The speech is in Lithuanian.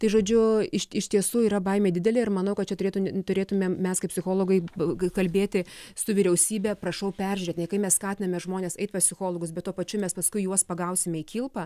tai žodžiu iš iš tiesų yra baimė didelė ir manau kad čia turėtų turėtumėm mes kaip psichologai ilgai kalbėti su vyriausybe prašau peržiūrinėti kai mes skatiname žmones eit pas psichologus bet tuo pačiu mes paskui juos pagausim į kilpą